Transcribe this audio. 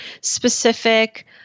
specific